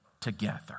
together